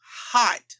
hot